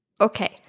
okay